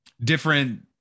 different